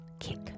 kick